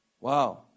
Wow